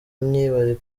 myibarukiro